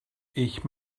ich